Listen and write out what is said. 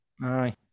Aye